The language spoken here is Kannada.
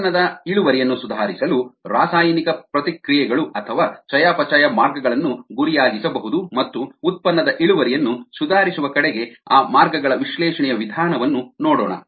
ಉತ್ಪನ್ನದ ಇಳುವರಿಯನ್ನು ಸುಧಾರಿಸಲು ರಾಸಾಯನಿಕ ಪ್ರತಿಕ್ರಿಯೆಗಳು ಅಥವಾ ಚಯಾಪಚಯ ಮಾರ್ಗಗಳನ್ನು ಗುರಿಯಾಗಿಸಬಹುದು ಮತ್ತು ಉತ್ಪನ್ನದ ಇಳುವರಿಯನ್ನು ಸುಧಾರಿಸುವ ಕಡೆಗೆ ಆ ಮಾರ್ಗಗಳ ವಿಶ್ಲೇಷಣೆಯ ವಿಧಾನವನ್ನು ನೋಡೋಣ